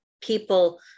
people